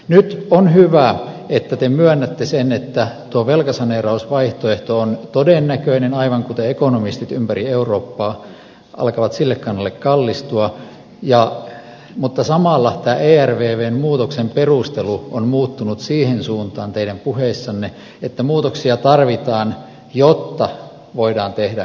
nyt on hyvä että te myönnätte sen että tuo velkasaneerausvaihtoehto on todennäköinen aivan kuten ekonomistit ympäri eurooppaa alkavat sille kannalle kallistua mutta samalla tämä ervvn muutoksen perustelu on muuttunut siihen suuntaan teidän puheissanne että muutoksia tarvitaan jotta voidaan tehdä hallitummin tuo velkajärjestely